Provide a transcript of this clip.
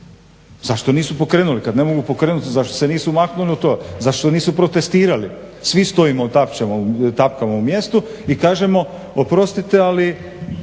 zašto nisu pokrenuli? Kad ne mogu pokrenuti zašto se nisu maknuli od toga? Zašto nisu protestirali? Svi stojimo, tapkamo u mjestu i kažemo oprostite ali